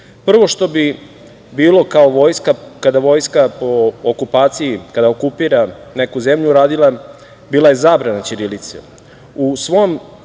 Prvo što bi bilo kao vojska, kada vojska po okupaciji, kada okupira neku zemlju, radila bila je zabrana ćirilice.U svom